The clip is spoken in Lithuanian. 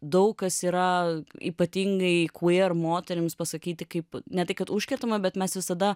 daug kas yra ypatingai queer moterims pasakyti kaip ne tai kad užkertama bet mes visada